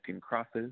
crosses